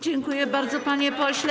Dziękuję bardzo, panie pośle.